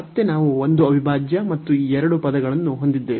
ಮತ್ತೆ ನಾವು ಒಂದು ಅವಿಭಾಜ್ಯ ಮತ್ತು ಈ ಎರಡು ಪದಗಳನ್ನು ಹೊಂದಿದ್ದೇವೆ